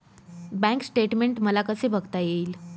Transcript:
Bank statement मला कसे बघता येईल?